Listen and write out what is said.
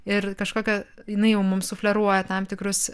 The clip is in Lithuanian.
ir kažkokia jinai jau mums sufleruoja tam tikrus